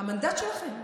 המנדט שלכם.